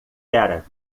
era